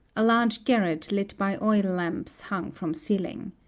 a large garret lit by oil lamps hung from ceiling.